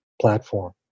platform